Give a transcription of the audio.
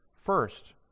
First